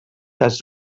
des